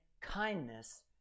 kindness